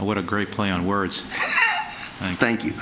what a great play on words thank you